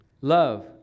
Love